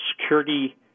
Security